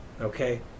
Okay